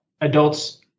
adults